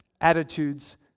attitudes